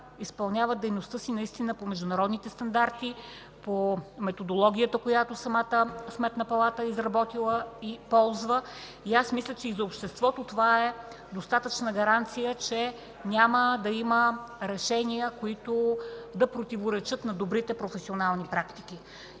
изпълняват дейността си наистина по международните стандарти, по методологията, която самата Сметна палата е изработила и използва. Мисля, че това е достатъчна гаранция за обществото, че няма да има решения, които да противоречат на добрите професионални практики.